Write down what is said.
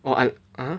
well I uh